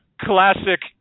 classic